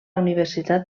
universitat